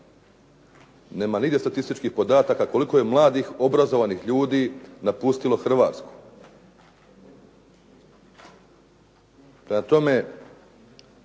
Nema nigdje statističkih podataka koliko je mladih, obrazovanih ljudi napustilo Hrvatsku.